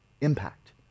impact